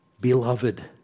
beloved